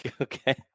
Okay